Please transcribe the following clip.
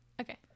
okay